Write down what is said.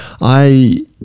I-